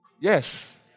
yes